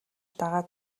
дагаад